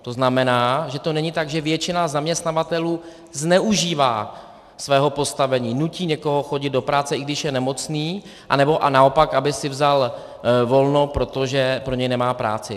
To znamená, že to není tak, že většina zaměstnavatelů zneužívá svého postavení, nutí někoho chodit do práce, i když je nemocný, anebo naopak, aby si vzal volno, protože pro něj nemá práci.